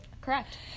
Correct